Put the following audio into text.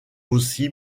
aussi